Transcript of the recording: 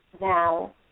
now